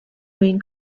main